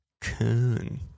Coon